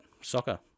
soccer